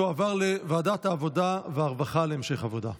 לוועדת העבודה והרווחה נתקבלה.